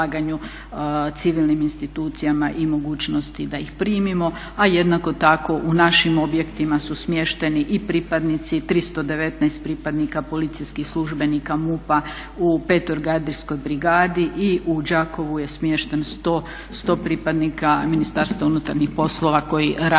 civilnim institucijama i mogućnosti da ih primimo. A jednako tako u našim objektima su smješteni i pripadnici 319 pripadnika policijskih službenika MUP-a u 5. gardijskoj brigadi i u Đakovu je smješten 100 pripadnika Ministarstva unutarnjih poslova koji rade